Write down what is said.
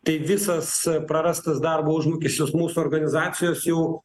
tai visas prarastas darbo užmokesčius mūsų organizacijos jau